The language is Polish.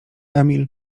emil